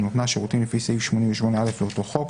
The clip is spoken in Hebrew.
בנותנה שירותים לפי סעיף 88א לאותו חוק,